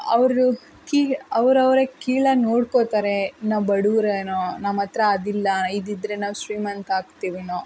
ಅವರು ಕಿ ಅವರವ್ರೇ ಕೀಳಾಗಿ ನೋಡಿಕೊತಾರೆ ನಾವು ಬಡವ್ರೇನೋ ನಮ್ಮ ಹತ್ರ ಅದಿಲ್ಲ ಇದ್ದಿದ್ದರೆ ನಾವು ಶ್ರೀಮಂತ ಆಗ್ತಿವೇನೋ